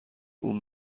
اون